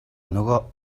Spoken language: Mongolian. нөгөө